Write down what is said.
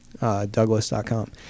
douglas.com